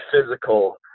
physical